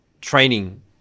training